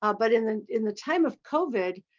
ah but in the in the time of covid,